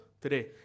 today